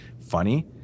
funny